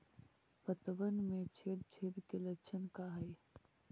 पतबन में छेद छेद के लक्षण का हइ?